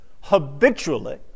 habitually